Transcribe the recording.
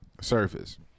surface